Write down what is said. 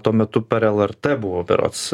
tuo metu per lrt buvo berods